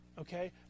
Okay